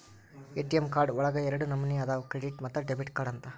ATM card ಒಳಗ ಎರಡ ನಮನಿ ಅದಾವ ಕ್ರೆಡಿಟ್ ಮತ್ತ ಡೆಬಿಟ್ ಕಾರ್ಡ್ ಅಂತ